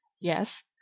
Yes